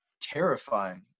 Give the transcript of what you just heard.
terrifying